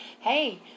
hey